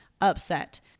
upset